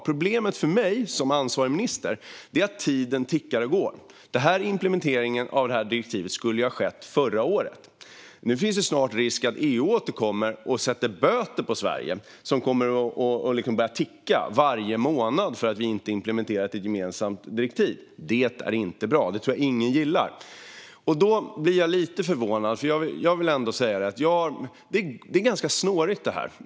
Problemet för mig, som ansvarig minister, är att tiden tickar och går. Implementeringen av direktivet skulle ha skett förra året. Nu finns det snart risk att EU återkommer och ger Sverige böter, som tickar varje månad för att vi inte implementerar ett gemensamt direktiv. Det är inte bra. Det tror jag inte att någon gillar. Då blir jag lite förvånad. Jag vill ändå säga att detta är ganska snårigt.